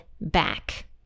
back